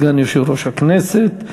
סגן יושב-ראש הכנסת,